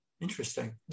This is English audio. Interesting